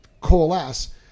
coalesce